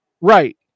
right